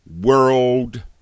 world